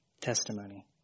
testimony